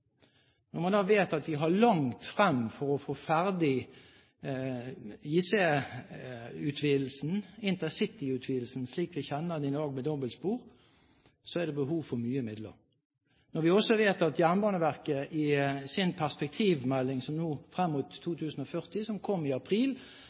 Når man da vet at det er langt frem for å få ferdig intercityutvidelsen, slik vi kjenner den i dag, med dobbeltspor, så er det behov for mye midler. Når vi også vet at Jernbaneverket i sin perspektivmelding frem mot 2040, som